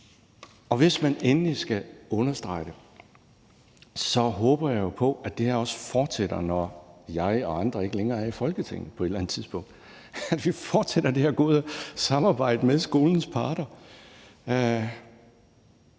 og hvis man endelig skal understrege det, håber jeg jo på, at det her også fortsætter, når jeg og andre ikke længere er i Folketinget på et eller andet tidspunkt – at vi fortsætter det her gode samarbejde med skolens parter.